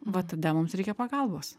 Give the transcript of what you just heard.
va tada mums reikia pagalbos